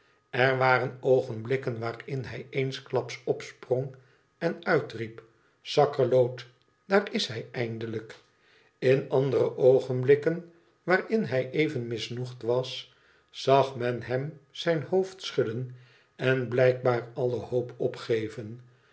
er waren oogenblikken waarin hij eensklaps opsprong en uitriep isakkerloot daar is hij eindelijk in andere oogenblikken waarin hij even mismoedig was zag men hem zijn hoofd schudden en blijkbaar alle hoop opgeven